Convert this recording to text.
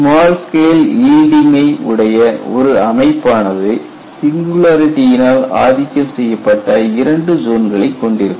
small scale ஈல்டிங்கை உடைய ஒரு அமைப்பானது சிங்குலரிடி யினால் ஆதிக்கம் செய்யப்பட்ட இரண்டு ஜோன்களை கொண்டிருக்கும்